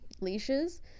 leashes